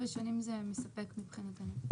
7 שנים זה מספק מבחינתינו.